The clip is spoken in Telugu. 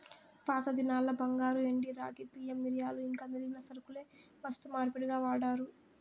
పాతదినాల్ల బంగారు, ఎండి, రాగి, బియ్యం, మిరియాలు ఇంకా మిగిలిన సరకులే వస్తు మార్పిడిగా వాడారు